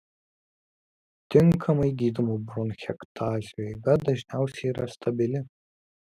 tinkamai gydomų bronchektazių eiga dažniausiai yra stabili